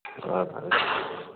ادٕ حظ